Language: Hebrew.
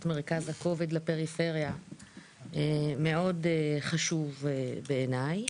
מרכז הכובד לפריפריה מאוד חשוב בעיניי.